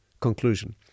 conclusion